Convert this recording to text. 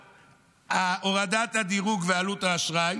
שהורדת הדירוג ועלות האשראי